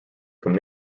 from